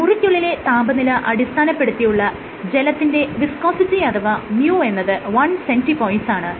മുറിക്കുള്ളിലെ താപനില അടിസ്ഥാനപ്പെടുത്തിയുള്ള ജലത്തിന്റെ വിസ്കോസിറ്റി അഥവാ µ എന്നത് 1cP ആണ്